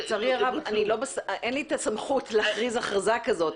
לצערי הרב אין לי את הסמכות להכריז הכרזה כזאת.